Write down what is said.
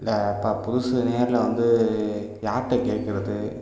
இல்லை ப புதுசு நேரில் வந்து யார்கிட்ட கேட்கறது